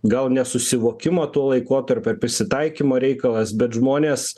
gal nesusivokimo to laikotarpiu ar prisitaikymo reikalas bet žmonės